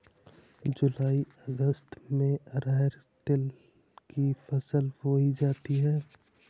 जूलाई अगस्त में अरहर तिल की फसल बोई जाती हैं